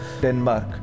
Denmark